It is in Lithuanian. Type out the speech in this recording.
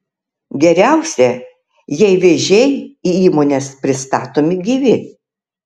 geriausia jei vėžiai į įmones pristatomi gyvi